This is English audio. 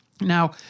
Now